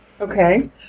Okay